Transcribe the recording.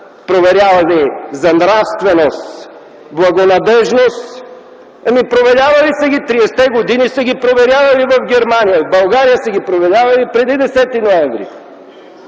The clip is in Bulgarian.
проверявани за нравственост, за благонадеждност. Ами, проверявали са ги. Тридесетте години са ги проверявали в Германия. В България са ги проверявали преди 10 ноември